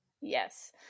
yes